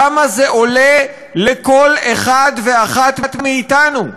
כמה זה עולה לכל אחד ואחת מאתנו,